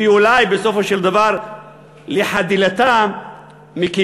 ואולי בסופו של דבר לחדילתה מקיום,